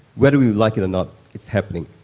whether we like it or not it's happening.